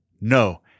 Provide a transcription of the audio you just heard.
No